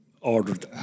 ordered